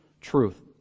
truth